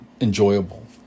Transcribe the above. enjoyable